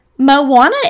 Moana